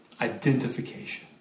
Identification